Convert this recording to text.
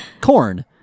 Corn